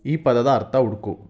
ಈ ಪದದ ಅರ್ಥ ಹುಡ್ಕು